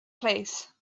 place